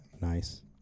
Nice